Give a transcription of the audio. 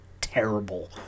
terrible